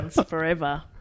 forever